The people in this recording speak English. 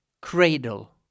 cradle